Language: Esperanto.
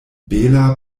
bela